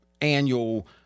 annual